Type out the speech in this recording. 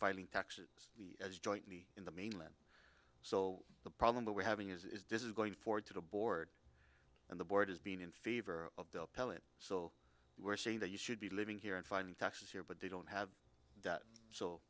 jointly in the mainland so the problem that we're having is this is going forward to the board and the board has been in favor of bill pellet so we're saying that you should be living here and finding taxes here but they don't have that so